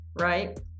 right